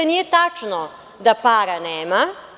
Nije tačno da para nema.